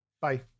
bye